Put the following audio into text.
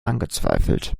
angezweifelt